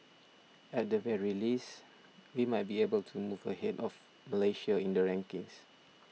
at the very least we might be able to move ahead of Malaysia in the rankings